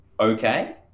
Okay